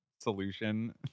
solution